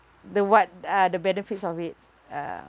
the what uh the benefits of it uh